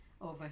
over